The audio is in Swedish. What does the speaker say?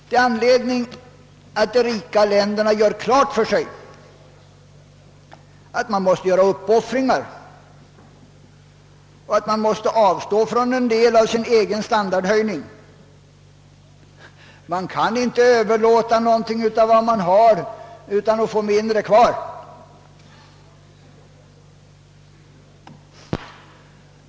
Det är anledning för de rika länderna att göra klart för sig att man måste göra uppoffringar och att man måste avstå från en del av sin egen standardhöjning — man kan inte överlåta någonting av vad man har utan att få mindre kvar.